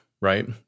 right